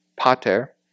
pater